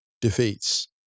defeats